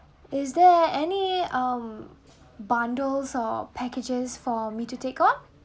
is there any um bundles or packages for me to take on